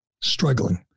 struggling